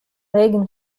regen